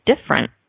different